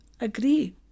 agree